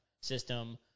system